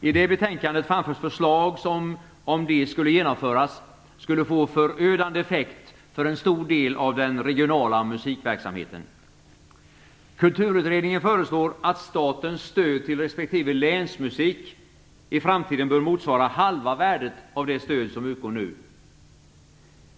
I det betänkandet framförs förslag som om de skulle genomföras skulle få förödande effekt för en stor del av den regionala musikverksamheten. Kulturutredningen föreslår att statens stöd till respektive länsmusik i framtiden bör motsvara halva värdet av det stöd som utgår nu.